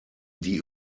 die